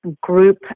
group